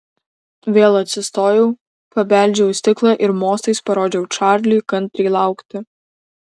vėl atsistojau pabeldžiau į stiklą ir mostais parodžiau čarliui kantriai laukti